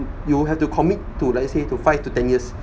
you will have to commit to let's say to five to ten years